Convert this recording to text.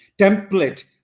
template